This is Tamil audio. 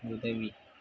உதவி